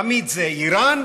תמיד זה איראן,